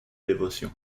dévotion